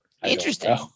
Interesting